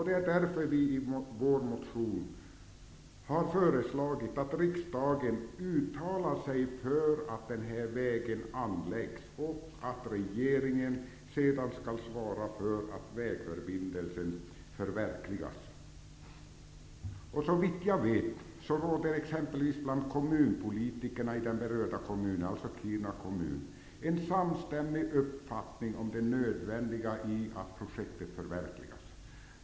Det är därför som vi i vår motion har föreslagit att riksdagen uttalar sig för att denna denna väg anläggs och att regeringen sedan skall svara för att vägförbindelsen förverkligas. Såvitt jag vet råder bland kommunpolitikerna i den berörda kommunen, Kiruna kommun, en samstämmig uppfattning om det nödvändiga i att projektet förverkligas.